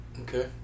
Okay